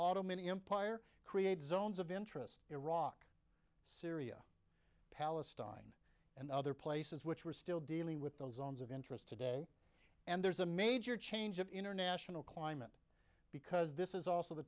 auto many empire create zones of interest iraq syria palestine and other places which we're still dealing with those arms of interest today and there's a major change of international climate because this is also the